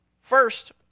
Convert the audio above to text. First